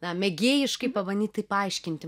na mėgėjiškai pabandyt tai paaiškinti